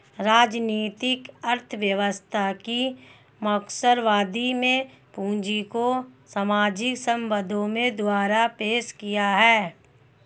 राजनीतिक अर्थव्यवस्था की मार्क्सवादी में पूंजी को सामाजिक संबंधों द्वारा पेश किया है